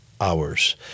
hours